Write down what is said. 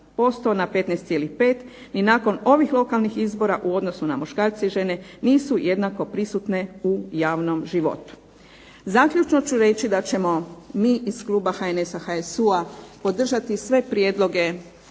na 15,5 ni nakon ovih lokalnih izbora u odnosu na muškarce i žene nisu jednako prisutne u javnom životu. Zaključno ću reći da ćemo mi iz kluba HNS-a, HSU-a podržati sve prijedloge